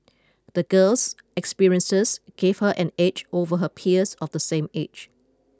the girl's experiences gave her an edge over her peers of the same age